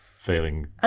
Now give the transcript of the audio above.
Failing